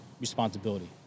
responsibility